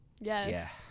yes